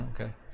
Okay